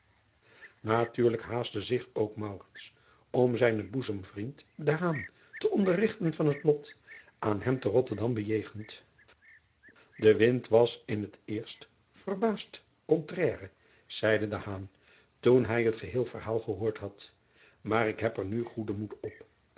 atuurlijk haastte zich ook om zijnen boezemvriend te onderrigten van het lot aan hem te otterdam bejegend e wind was in het eerst verbaasd contrarie zeide toen hij het geheel verhaal gehoord had maar ik heb er nu goeden moed op